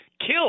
killed